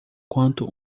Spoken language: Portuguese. quanto